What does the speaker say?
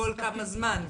כל כמה זמן?